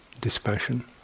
dispassion